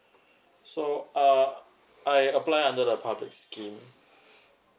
so uh I apply under the public scheme